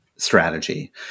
Strategy